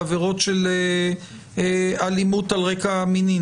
בעבירות של אלימות על רקע מיני,